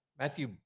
Matthew